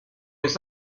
has